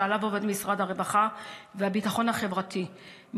שעליו עובד משרד הרווחה והביטחון החברתי,